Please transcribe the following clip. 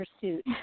pursuit